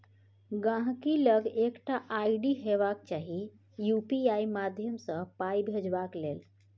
गांहिकी लग एकटा आइ.डी हेबाक चाही यु.पी.आइ माध्यमसँ पाइ भेजबाक लेल